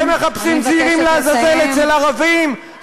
אתם מחפשים שעירים לעזאזל אצל ערבים,